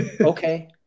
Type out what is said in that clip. okay